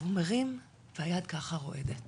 והוא מרים את היד ככה רועדת